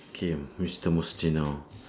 K mister mustino